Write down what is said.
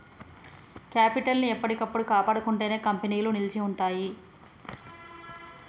capital ని ఎప్పటికప్పుడు కాపాడుకుంటేనే కంపెనీలు నిలిచి ఉంటయ్యి